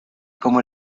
como